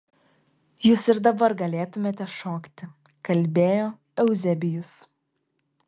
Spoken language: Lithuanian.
jūs ir dabar galėtumėte šokti kalbėjo euzebijus